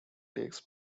takes